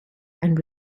and